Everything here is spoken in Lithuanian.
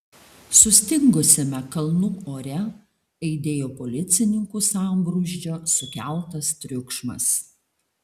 sustingusiame kalnų ore aidėjo policininkų sambrūzdžio sukeltas triukšmas